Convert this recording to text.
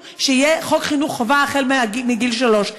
שיהיה חוק חינוך חובה החל מגיל שלוש.